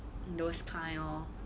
those kind lor